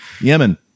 Yemen